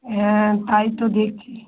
হ্যাঁ তাই তো দেখছি